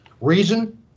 Reason